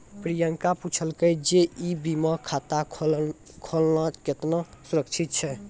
प्रियंका पुछलकै जे ई बीमा खाता खोलना केतना सुरक्षित छै?